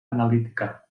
analítica